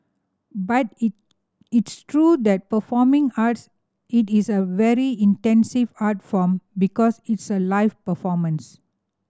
but it it's true that performing arts it is a very intensive art form because it's a live performance